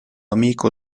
amico